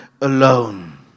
alone